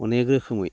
अनेक रोखोमै